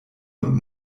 und